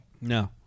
No